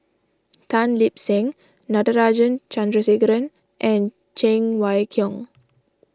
Tan Lip Seng Natarajan Chandrasekaran and Cheng Wai Keung